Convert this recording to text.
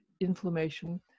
inflammation